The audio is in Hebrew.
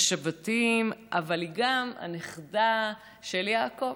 השבטים, אבל היא גם הנכדה של יעקב.